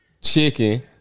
chicken